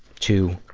to